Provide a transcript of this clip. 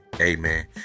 amen